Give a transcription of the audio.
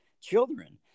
children